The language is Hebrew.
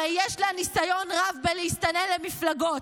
הרי יש לה ניסיון רב בלהסתנן למפלגות.